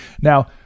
Now